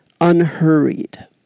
unhurried